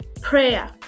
prayer